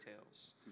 tales